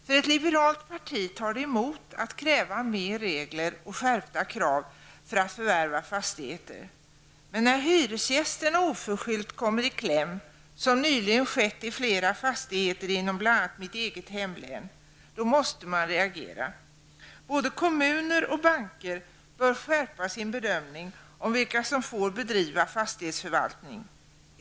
För ett liberalt parti tar det emot att kräva mer regler och skärpta krav för att förvärva fastigheter, men när hyresgästerna oförskyllt kommer i kläm, som nyligen har skett i flera fastigheter, bl.a. inom mitt eget hemlän, då måste man reagera. Både kommuner och banker bör skärpa sin bedömning av vilka som får bedriva fastighetsförvaltning.